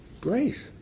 Grace